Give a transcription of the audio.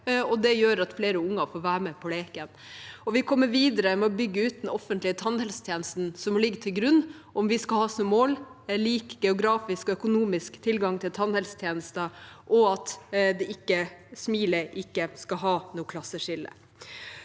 det gjør at flere unger får være med på leken. Vi kommer også videre med å bygge ut den offentlige tannhelsetjenesten som må ligge til grunn om vi skal ha som mål en lik geografisk og økonomisk tilgang til tannhelsetjenester, og at smilet ikke skal ha noe klasseskille.